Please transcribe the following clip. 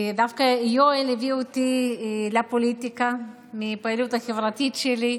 דווקא יואל הביא אותי לפוליטיקה מהפעילות החברתית שלי,